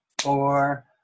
four